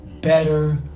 better